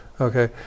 okay